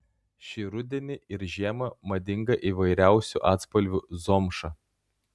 šį rudenį ir žiemą madinga įvairiausių atspalvių zomša